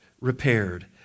repaired